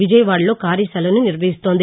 విజయవాడలో కార్యశాలను నిర్వహిస్తోంది